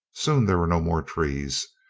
soon there were no more trees.